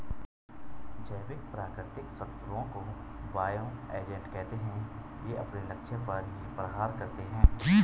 जैविक प्राकृतिक शत्रुओं को बायो एजेंट कहते है ये अपने लक्ष्य पर ही प्रहार करते है